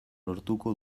lortuko